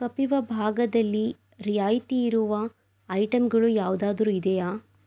ಕಪೀವಾ ಭಾಗದಲ್ಲಿ ರಿಯಾಯಿತಿ ಇರುವ ಐಟಂಗಳು ಯಾವುದಾದ್ರು ಇದೆಯಾ